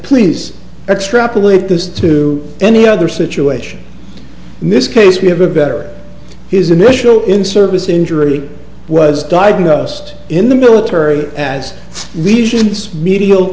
please extrapolate this to any other situation in this case we have a better his initial in service injury was diagnosed in the military as lesions medial